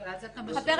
ואז אתה --- לא.